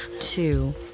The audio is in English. two